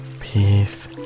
Peace